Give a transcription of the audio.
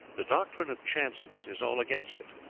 the doctrine of chances is all against it.